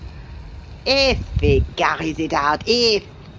if he carries it out if!